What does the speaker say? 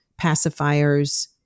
pacifiers